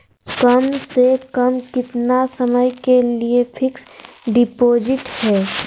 कम से कम कितना समय के लिए फिक्स डिपोजिट है?